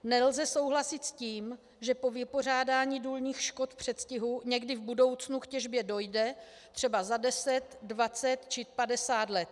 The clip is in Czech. Nelze souhlasit s tím, že po vypořádání důlních škod v předstihu někdy v budoucnu k těžbě dojde, třeba za 10, 20 či 50 let.